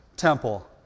temple